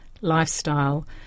lifestyle